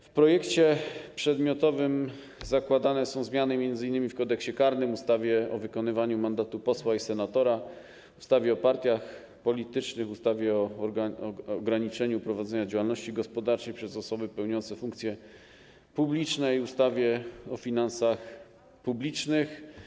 W przedmiotowym projekcie zakładane jest wprowadzenie zmian m.in. w Kodeksie karnym, ustawie o wykonywaniu mandatu posła i senatora, ustawie o partiach politycznych, ustawie o ograniczeniu prowadzenia działalności gospodarczej przez osoby pełniące funkcje publiczne i ustawie o finansach publicznych.